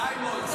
תכניס אותו.